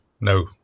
no